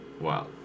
Wow